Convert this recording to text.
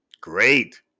great